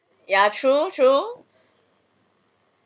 ya true true